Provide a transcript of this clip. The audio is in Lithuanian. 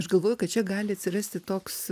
aš galvoju kad čia gali atsirasti toks